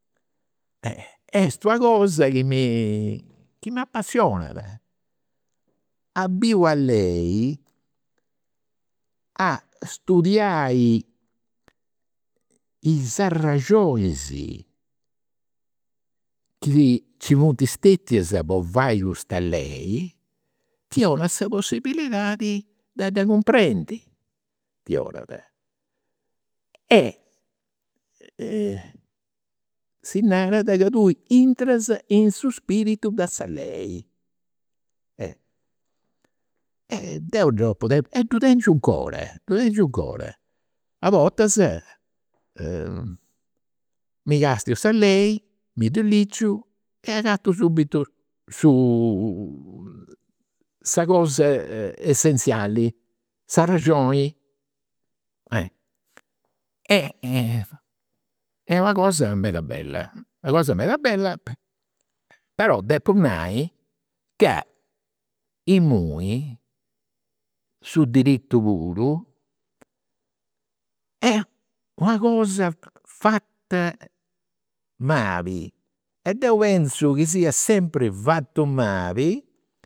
Est una cosa chi mi chi m'apassionat. A biri una lei, a studiai is chi nci funt stetias po fai custa lei, ti onat sa possibilidadi de dda cumprendi, ti 'onat. E si narat ca tui intras in su spiritu de sa lei. Deu dd'apu tentu e ddu tengiu ncora, ddu tengiu 'ncora, a bortas mi castiu sa lei, mi ddu ligiu, e agatu subitu su sa cosa essenziali, s'arrexoni. Est una cosa meda bella, est una cosa meda bella però depu nai ca imui su diritu puru est una cosa fata mali. E deu pentzu chi sia sempri fatu mali